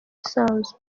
isanzwe